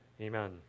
Amen